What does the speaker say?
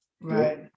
Right